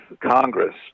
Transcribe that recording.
Congress